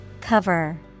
Cover